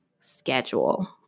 schedule